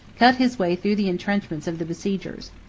cut his way through the intrenchments of the besiegers.